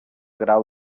grau